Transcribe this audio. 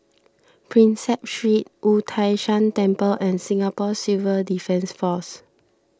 Prinsep Street Wu Tai Shan Temple and Singapore Civil Defence force